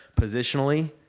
positionally